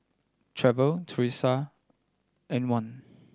Trevor Teresa Antwain